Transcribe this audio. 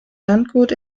landgut